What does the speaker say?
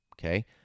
okay